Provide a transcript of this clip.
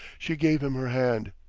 she gave him her hand,